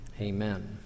Amen